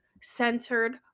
centered